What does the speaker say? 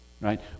right